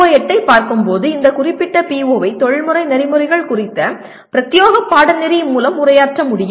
PO8 பார்க்கும்போது இந்த குறிப்பிட்ட PO ஐ தொழில்முறை நெறிமுறைகள் குறித்த பிரத்யேக பாடநெறி மூலம் உரையாற்ற முடியும்